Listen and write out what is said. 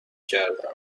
کرده